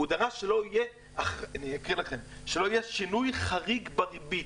הוא דרש שלא יהיה שינוי חריג בריבית.